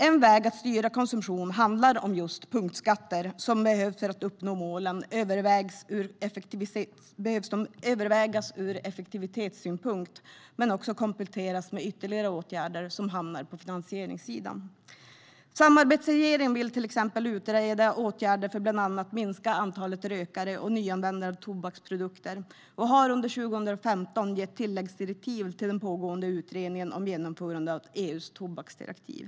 En väg att styra konsumtion handlar om just punktskatter, som behövs för att uppnå målen men som behöver övervägas ur effektivitetssynpunkt och kompletteras med ytterligare åtgärder på finansieringssidan. Samarbetsregeringen vill till exempel utreda åtgärder för att bland annat minska antalet rökare och nyanvändare av tobaksprodukter och har under 2015 gett tilläggsdirektiv till den pågående Utredningen om genomförande av EU:s tobaksproduktdirektiv.